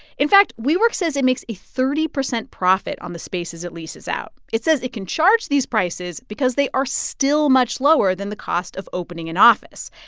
in fact, wework says it makes a thirty percent profit on the spaces it leases out. it says it can charge these prices because they are still much lower than the cost of opening an office.